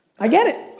i get it.